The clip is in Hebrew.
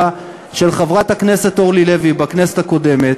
של חברת הכנסת אורלי לוי בכנסת הקודמת,